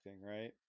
right